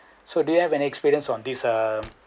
so do you have any experience on these um